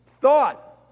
thought